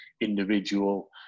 individual